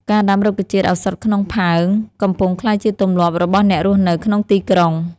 ការដាំរុក្ខជាតិឱសថក្នុងផើង កំពុងក្លាយជាទម្លាប់របស់អ្នករស់នៅក្នុងទីក្រុង។